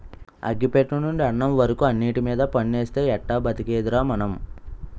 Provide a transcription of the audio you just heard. అగ్గి పెట్టెనుండి అన్నం వరకు అన్నిటిమీద పన్నేస్తే ఎట్టా బతికేదిరా మనం?